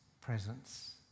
presence